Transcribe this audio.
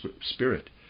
Spirit